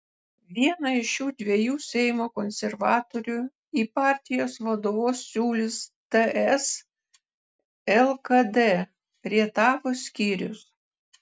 vieną iš šių dviejų seimo konservatorių į partijos vadovus siūlys ts lkd rietavo skyrius